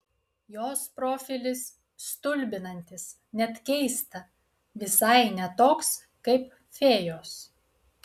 jos profilis stulbinantis net keista visai ne toks kaip fėjos